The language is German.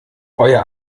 euer